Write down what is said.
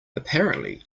apparently